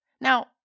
Now